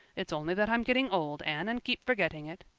it's only that i'm getting old, anne, and keep forgetting it.